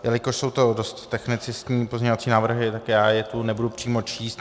Jelikož jsou to dost technicistní pozměňovací návrhy, tak je tu nebudu přímo číst.